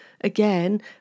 again